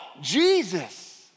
Jesus